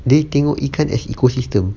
dia tengok ikan as ecosystem